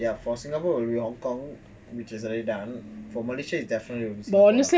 ya for singapore will be hong kong which is already done for malaysia is definitely will be singapore lah